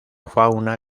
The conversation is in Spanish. fauna